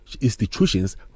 institutions